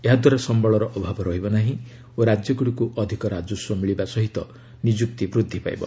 ଏହା ଦ୍ୱାରା ସମ୍ଭଳର ଅଭାବ ରହିବ ନାହିଁ ଓ ରାଜ୍ୟଗୁଡ଼ିକ ଅଧିକ ରାଜସ୍ୱ ମିଳିବା ସହ ନିଯୁକ୍ତି ବୃଦ୍ଧି ପାଇବ